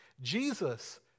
Jesus